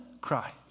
cry